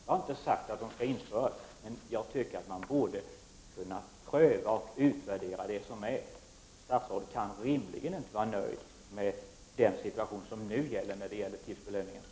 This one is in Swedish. Jag har inte sagt att sådana belöningar skall införas, men jag tycker att man borde kunna pröva och utvärdera det som är. Statsrådet kan inte rimligen vara nöjd med den situation som nu råder när det gäller tipsbelöningar.